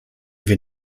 wir